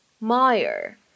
Meyer